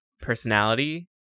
personality